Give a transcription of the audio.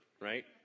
right